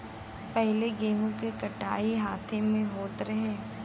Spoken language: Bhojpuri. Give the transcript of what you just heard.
पहिले गेंहू के कटाई हाथे से होत रहे